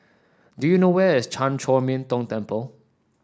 do you know where is Chan Chor Min Tong Temple